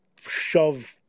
shove